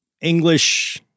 English